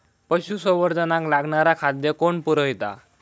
पशुसंवर्धनाक लागणारा खादय कोण पुरयता?